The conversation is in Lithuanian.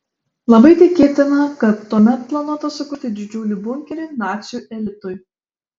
labai tikėtina kad tuomet planuota sukurti didžiulį bunkerį nacių elitui